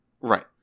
Right